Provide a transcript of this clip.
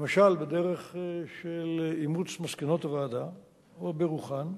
למשל בדרך של אימוץ מסקנות הוועדה או ברוחן,